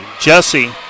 Jesse